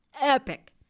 epic